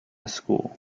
school